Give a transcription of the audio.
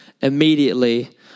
immediately